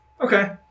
Okay